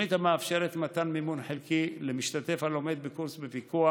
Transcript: תוכנית המאפשרת מתן מימון חלקי למשתתף הלומד בקורס בפיקוח